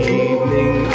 evening